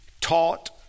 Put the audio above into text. taught